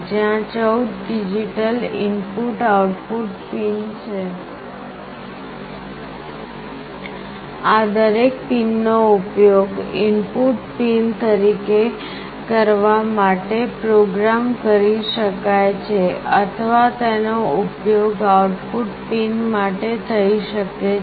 ત્યાં 14 digital input output pin છે આ દરેક પિનનો ઉપયોગ ઇનપુટ પિન તરીકે કરવા માટે પ્રોગ્રામ કરી શકાય છે અથવા તેનો ઉપયોગ આઉટપુટ પિન માટે થઈ શકે છે